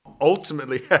Ultimately